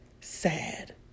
sad